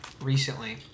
recently